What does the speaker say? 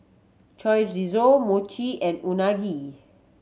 Chorizo Mochi and Unagi